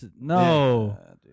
No